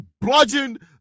bludgeoned